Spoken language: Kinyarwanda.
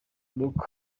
look